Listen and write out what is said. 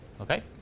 Okay